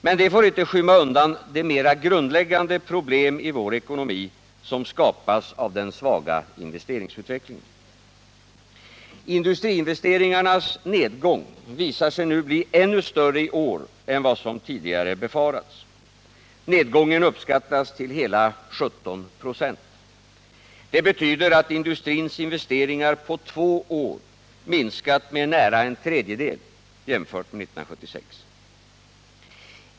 Men det får inte skymma undan det mera grundläggande problem i vår ekonomi som skapas av den svaga investeringsutvecklingen. Industriinvesteringarnas nedgång visar sig nu bli ännu större i år än vad som tidigare befarats. Nedgången uppskattas till hela 17 96. Det betyder att industrins investeringar på två år minskat med nära en tredjedel jämfört med 1976.